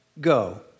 go